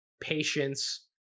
patience